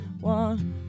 one